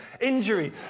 injury